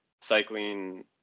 cycling